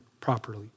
properly